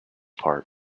part